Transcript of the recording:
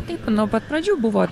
taip nuo pat pradžių buvo